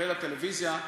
כולל הטלוויזיה,